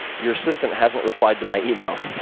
your assistant hasn't replied to my emails.